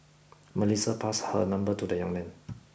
Melissa passed her number to the young man